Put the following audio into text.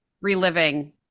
reliving